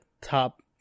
top